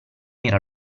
era